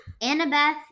Annabeth